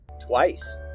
Twice